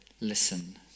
listen